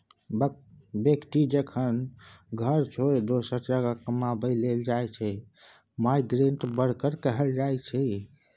बेकती जखन घर छोरि दोसर जगह कमाबै लेल जाइ छै माइग्रेंट बर्कर कहल जाइ छै